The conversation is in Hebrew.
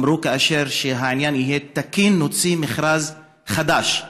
אמרו שכאשר העניין יהיה תקין יוציאו מכרז חדש,